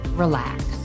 Relax